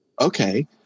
okay